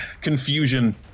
confusion